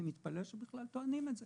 אני מתפלא שבכלל טוענים את זה.